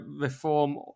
reform